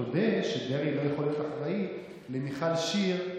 תודה שדרעי לא יכול להיות אחראי למיכל שיר,